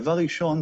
דבר ראשון,